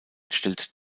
stellt